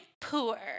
poor